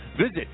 Visit